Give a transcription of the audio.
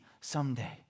someday